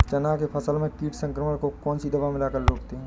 चना के फसल में कीट संक्रमण को कौन सी दवा मिला कर रोकते हैं?